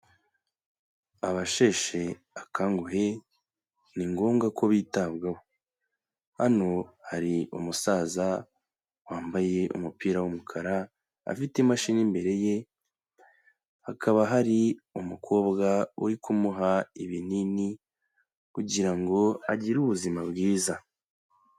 Abasheshe akanguhe, ni ngombwa ko bitabwaho. Hano hari umusaza wambaye umupira w'umukara, afite imashini imbere ye, hakaba hari umukobwa uri kumuha ibinini, kugira ngo agire ubuzima bwiza.